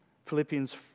Philippians